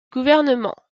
gouvernement